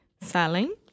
selling